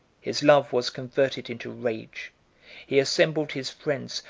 his love was converted into rage he assembled his friends,